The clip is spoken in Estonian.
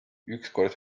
ükskord